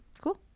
Cool